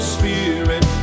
spirit